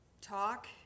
talk